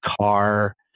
car